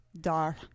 Dar